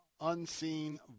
unseen